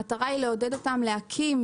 המטרה היא לעודד אותם להקים